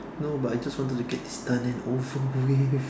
no but I just want to get this done and over with